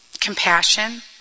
compassion